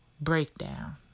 breakdown